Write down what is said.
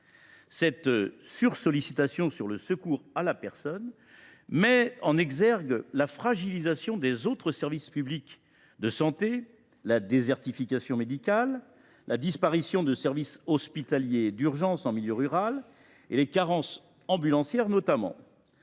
Cette sursollicitation sur le secours à la personne met en exergue la fragilisation d’autres services publics de santé, la désertification médicale, la disparition de services hospitaliers d’urgence en milieu rural et les carences ambulancières, notamment.